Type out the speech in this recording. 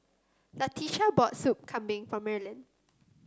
Latisha bought Soup Kambing for Merlyn